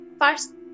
first